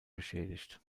beschädigt